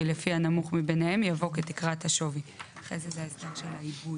רק סעיפים 10-8 (התחדשות עירונית)